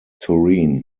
turin